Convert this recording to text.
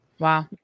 Wow